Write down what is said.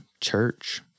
church